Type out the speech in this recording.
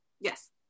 yes